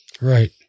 Right